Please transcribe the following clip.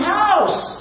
house